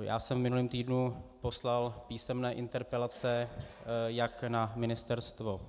Já jsem v minulém týdnu poslal písemné interpelace jak na Ministerstvo